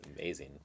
amazing